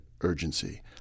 urgency